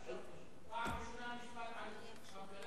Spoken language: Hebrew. --- פעם ראשונה נשפט על הפגנה, יש כאלה